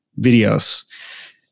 videos